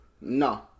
No